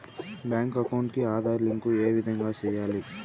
Bank account కి Aadhaar link ఏ విధంగా సెయ్యాలి?